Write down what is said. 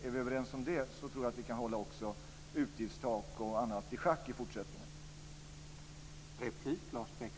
Är vi överens om det tror jag också att vi kan hålla utgiftstak och annat i schack i fortsättningen.